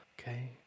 okay